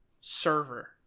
server